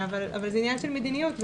אבל זה עניין של מדיניות.